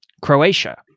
Croatia